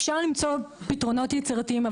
אפשר למצוא פתרונות יצירתיים,